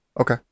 Okay